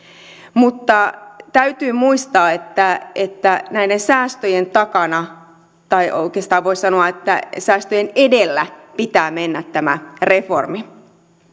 mutta täytyy muistaa että että näiden säästöjen takana tai oikeastaan voi sanoa että säästöjen edellä pitää mennä tämä reformi